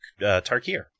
Tarkir